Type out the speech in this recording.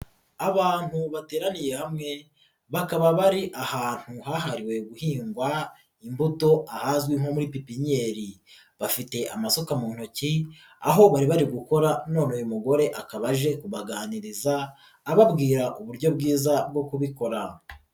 Abantu bateraniye hamwe, bakaba bari ahantu hahariwe guhingwa imbuto ahazwi nko muri pipinyeri, bafite amasuka mu ntoki aho bari bari gukora none uyu mugore akaba aje kubaganiriza ababwira uburyo bwiza bwo kubikora.